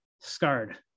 scarred